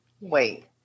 wait